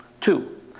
Two